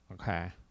Okay